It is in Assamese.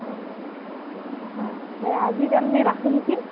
অঁ অঁ দে আজিৰ কাৰণে ৰাখো নেকি